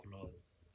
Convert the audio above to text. close